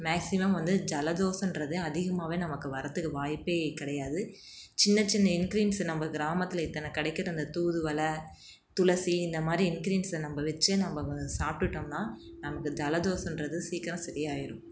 maximum வந்து ஜலதோஷன்றது அதிகமாகவே நமக்கு வரத்துக்கு வாய்ப்பே கிடையாது சின்ன சின்ன இன்க்ரீன்ஸு நம்ம கிராமத்தில் இத்தனை கிடைக்கிற அந்த தூதுவளை துளசி இந்த மாதிரி இன்க்ரீயன்ஸை நம்ம வச்சு நம்ம சாப்பிட்டுட்டோம்னா நமக்கு ஜலதோஷன்றது சீக்கிரம் சரி ஆயிடும்